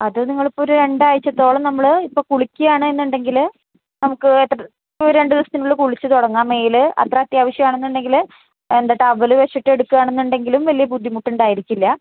അത് നിങ്ങളിപ്പോള് ഒരു രണ്ടാഴ്ചത്തോളം നമ്മള് ഇപ്പോള് കുളിക്കയാണെന്നുണ്ടെങ്കില് നമുക്ക് ഒരു രണ്ടു ദിവസത്തിനുള്ളില് കുളിച്ചുതുടങ്ങാം മേല് അത്ര അത്യാവശ്യം ആണെന്നുണ്ടെങ്കില് രണ്ട് ടവല് വെച്ചിട്ടെടുക്കാണെന്നുണ്ടെങ്കിലും വലിയ ബുദ്ധിമുട്ടുണ്ടായിരിക്കില്ല